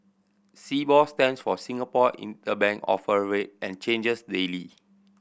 Sibor stands for Singapore Interbank Offer Rate and changes daily